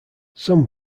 some